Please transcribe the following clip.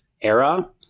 Era